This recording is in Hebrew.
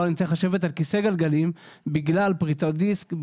נצטרך לשבת על כיסא גלגלים בגלל פריצות דיסק,